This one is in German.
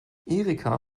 erika